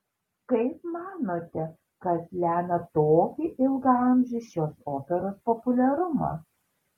kaip manote kas lemia tokį ilgaamžį šios operos populiarumą